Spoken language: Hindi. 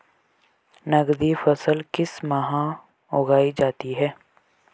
नकदी फसल किस माह उगाई जाती है?